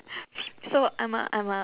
so I'm a I'm a